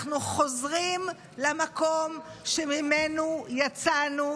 אנחנו חוזרים למקום שממנו יצאנו,